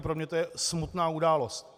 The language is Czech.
Pro mě to je smutná událost.